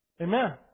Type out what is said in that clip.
Amen